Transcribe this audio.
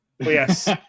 Yes